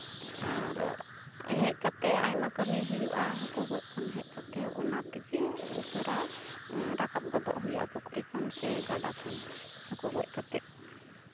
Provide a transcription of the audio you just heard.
ᱟᱨ ᱦᱮᱡ ᱠᱟᱛᱮᱫ ᱟᱭᱢᱟ ᱠᱟᱹᱢᱤ ᱦᱩᱭᱩᱜᱼᱟ ᱦᱟᱹᱠᱩ ᱜᱚᱡ ᱠᱷᱚᱱ ᱦᱮᱡ ᱠᱟᱛᱮᱫ ᱚᱱᱟ ᱛᱮᱜᱮ ᱩᱥᱟᱹᱨᱟ ᱨᱟᱠᱟᱵ ᱜᱚᱫᱚᱜ ᱦᱩᱭᱩᱜᱼᱟ ᱯᱩᱠᱷᱨᱤ ᱠᱷᱚᱱ ᱥᱮ ᱜᱟᱰᱟ ᱠᱷᱚᱱ ᱦᱟᱹᱠᱩ ᱜᱚᱡ ᱠᱟᱛᱮᱫ